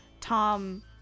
Tom